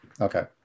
Okay